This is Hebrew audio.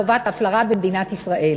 חובת ההפלרה במדינת ישראל,